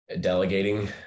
delegating